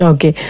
Okay